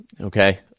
Okay